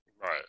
Right